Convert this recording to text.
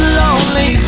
lonely